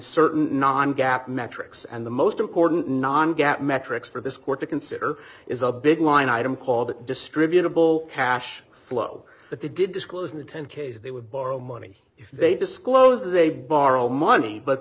certain non gap metrics and the most important non gap metrics for this court to consider is a big line item called distributable cash flow but they did disclose in the ten k s they would borrow money if they disclose that they borrow money but